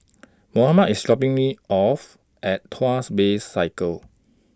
Mohammad IS dropping Me off At Tuas Bay Circle